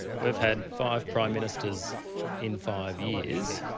we've had five prime ministers in five years.